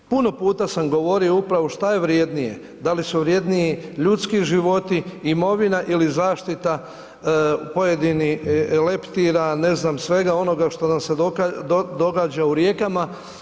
Puno puta sam govorio upravo šta je vrijednije, da li su vrjedniji ljudski životi, imovina ili zaštita pojedinih leptira, ne znam svega onoga što nam se događa u rijekama.